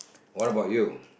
what about you